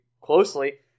closely